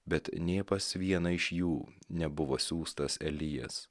bet nė pas vieną iš jų nebuvo siųstas elijas